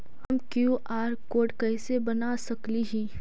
हम QR code कैसे बना सकली ही?